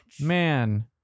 Man